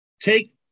Take